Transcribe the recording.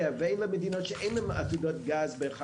ברידינג אותו סיפור.